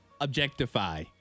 objectify